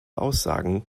aussagen